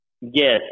Yes